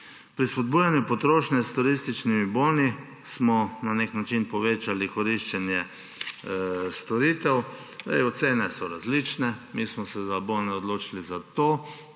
Pri spodbujanju potrošnje s turističnimi boni smo na nek način povečali koriščenje storitev. Ocene so različne, mi smo se za bone odločili zato,